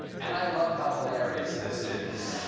and i love how hilarious. this is.